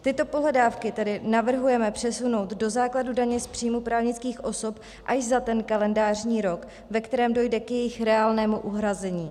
Tyto pohledávky tedy navrhujeme přesunout do základu daně z příjmu právnických osob až za ten kalendářní rok, v kterém dojde k jejich reálnému uhrazení.